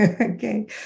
Okay